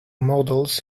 models